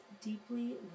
deeply